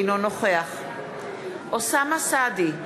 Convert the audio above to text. אינו נוכח אוסאמה סעדי,